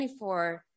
24